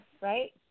right